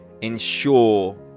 ensure